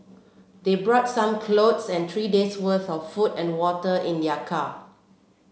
they brought some clothes and three days worth of food and water in their car